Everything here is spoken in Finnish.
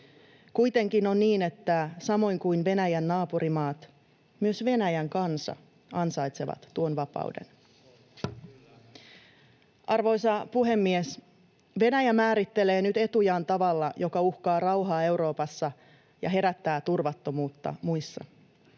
Kuitenkin on niin, että samoin kuin Venäjän naapurimaat, myös Venäjän kansa ansaitsee tuon vapauden. Arvoisa puhemies! Venäjä määrittelee nyt etujaan tavalla, joka uhkaa rauhaa Euroopassa ja herättää turvattomuutta muissa.